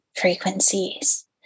frequencies